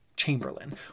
Chamberlain